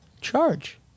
charge